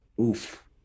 Oof